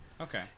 okay